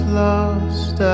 lost